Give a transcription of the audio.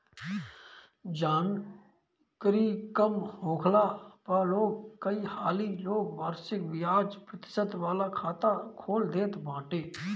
जानकरी कम होखला पअ लोग कई हाली लोग वार्षिक बियाज प्रतिशत वाला खाता खोल देत बाटे